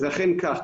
וזה אכן כך.